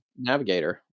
navigator